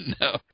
no